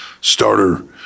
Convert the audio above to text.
starter